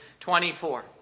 24